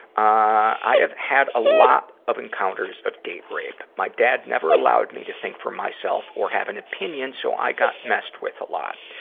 i have had a lot of encounters of date rape. my dad never allowed me to think for myself or have an opinion, so i got messed with a lot.